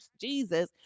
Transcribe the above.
Jesus